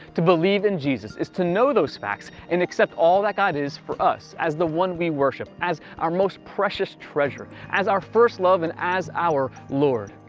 to believe in jesus, is to know those facts, and accept all that god is for us, as the one we worship, as our most precious treasure, as our first love, and as our lord.